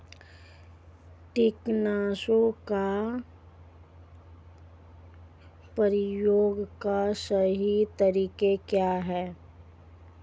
कीटनाशकों के प्रयोग का सही तरीका क्या है?